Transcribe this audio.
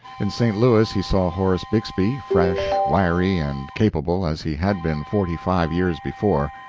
in st. louis he saw horace bixby, fresh, wiry, and capable as he had been forty-five years before.